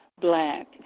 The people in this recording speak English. Black